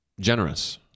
generous